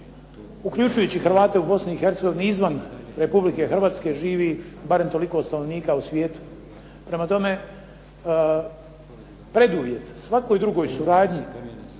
uključujući Hrvate u Bosni i Hercegovini izvan Republike Hrvatske živi barem toliko stanovnika u svijetu. Prema tome, preduvjet svakoj drugoj suradnji